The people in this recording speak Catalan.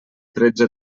tretze